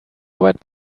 arbeit